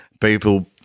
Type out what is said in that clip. People